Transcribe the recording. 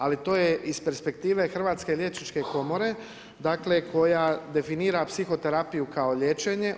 Ali to je iz perspektive Hrvatske liječničke komore dakle koja definira psihoterapiju kao liječenje.